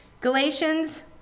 Galatians